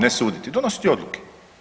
Ne suditi, donositi odluke.